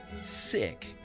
sick